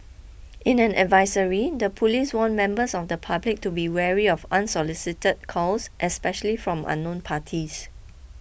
in an advisory the police warned members of the public to be wary of unsolicited calls especially from unknown parties